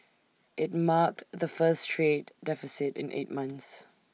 IT marked the first trade deficit in eight months